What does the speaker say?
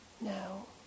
No